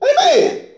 Amen